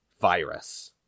Virus